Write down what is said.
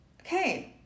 okay